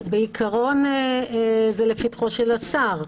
בעיקרון זה לפתחו של השר.